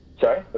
Sorry